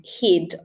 head